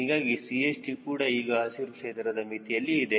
ಹೀಗಾಗಿ CHT ಕೂಡ ಈಗ ಹಸಿರು ಕ್ಷೇತ್ರದ ಮಿತಿಯಲ್ಲಿ ಇದೆ